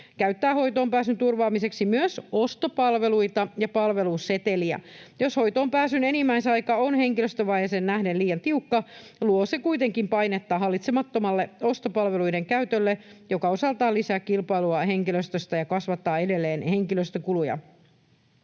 käyttää hoitoonpääsyn turvaamiseksi myös ostopalveluita ja palveluseteliä. Jos hoitoonpääsyn enimmäisaika on henkilöstövajeeseen nähden liian tiukka, luo se kuitenkin painetta hallitsemattomalle ostopalveluiden käytölle, mikä osaltaan lisää kilpailua henkilöstöstä ja kasvattaa edelleen henkilöstökuluja.